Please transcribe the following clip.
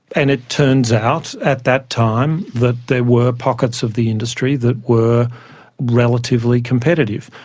and it turns out at that time that there were pockets of the industry that were relatively competitive.